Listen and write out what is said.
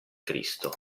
cristo